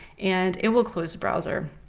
and it will close the browser.